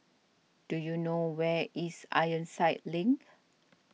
do you know where is Ironside Link